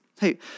Hey